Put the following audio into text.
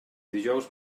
dijous